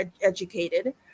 educated